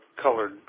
colored